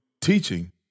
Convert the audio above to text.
teaching